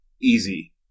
easy